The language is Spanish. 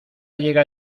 llega